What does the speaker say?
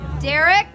Derek